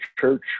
church